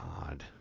God